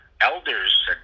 elders